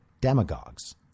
demagogues